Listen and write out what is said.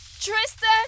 Tristan